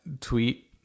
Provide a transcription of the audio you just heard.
tweet